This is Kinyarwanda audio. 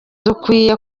dukwiye